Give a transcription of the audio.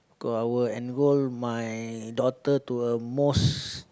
of course I will enrol my daughter to a most